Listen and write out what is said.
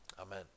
Amen